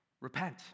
repent